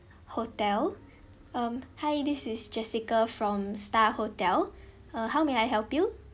hotel um hi this is jessica from star hotel uh how may I help you